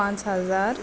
पांच हजार